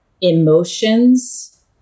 emotions